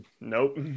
Nope